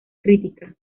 crítica